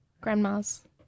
Grandmas